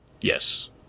Yes